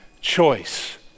choice